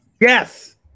Yes